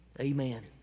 Amen